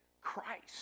Christ